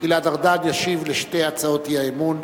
גלעד ארדן ישיב על שתי הצעות האי-אמון.